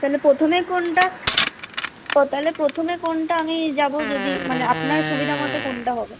তাহলে প্রথমে কোনটা ও তালে প্রথমে কোনটা আমি যাবো যদি মানে আপনার সুবিধা মতো কোনটা হবে